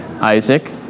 isaac